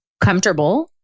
comfortable